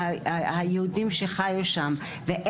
זה היה ברק מספר 4. הוא סיפר איך